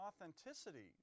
authenticity